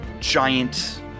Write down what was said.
giant